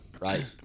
Right